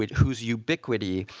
whose ubiquity,